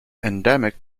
endemic